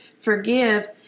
forgive